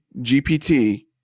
GPT